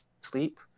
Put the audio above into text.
sleep